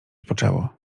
poczęło